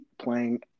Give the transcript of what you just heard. playing